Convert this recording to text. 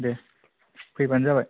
दे फैबानो जाबाय